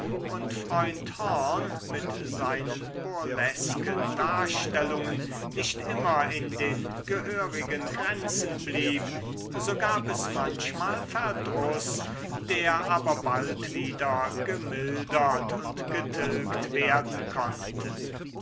und freund horn mit seinen burlesken darstellungen nicht immer in den gehörigen grenzen blieb so gab es manchmal verdruß der aber bald wieder gemildert und getilgt werden konnte